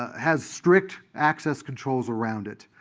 has strict access controls around it.